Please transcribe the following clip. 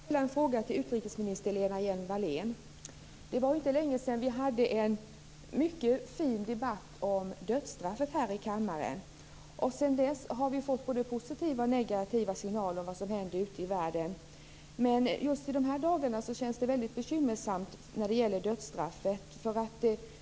Fru talman! Jag vill ställa en fråga till utrikesminister Lena Hjelm-Wallén. Det var inte länge sedan vi här i kammaren hade en mycket fin debatt om dödsstraffet. Sedan dess har vi fått både positiva och negativa signaler om vad som händer ute i världen. Just i dessa dagar känns det väldigt bekymmersamt när det gäller dödsstraffet.